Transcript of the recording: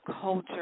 culture